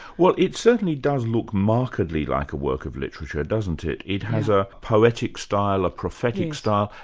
well it certainly does look markedly like a work of literature, doesn't it? it has a poetic style, a prophetic style,